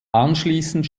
anschließend